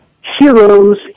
heroes